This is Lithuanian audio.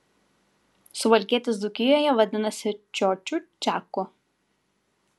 suvalkietis dzūkijoje vadinasi čiočiu čiaku